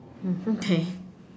okay